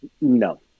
no